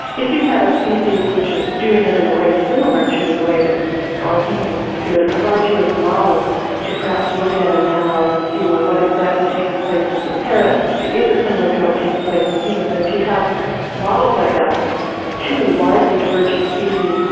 if you had a species which is doing it in a way similar to the way that our human infants do it, it provides you with a model to perhaps look at and analyze and see, well what exactly takes place in the parrots? is it similar to what takes place in humans? and if you have models like that from two widely divergent species,